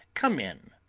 come in.